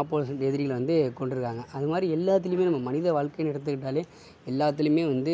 opposite எதிரிகளை வந்து கொன்றுருக்காங்க அதுமாதிரி எல்லாத்திலேயுமே நம்ம மனித வாழ்கையினு எடுத்துகிட்டாலே எல்லாத்திலேயுமே வந்து